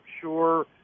sure